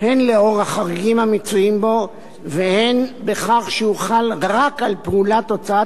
הן לאור החריגים המצויים בו והן בכך שהוא חל רק על פעולת הוצאת